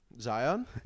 Zion